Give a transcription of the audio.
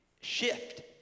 shift